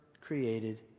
created